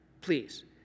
Please